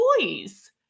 toys